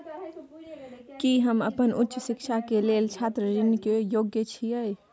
की हम अपन उच्च शिक्षा के लेल छात्र ऋण के योग्य छियै?